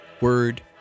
Word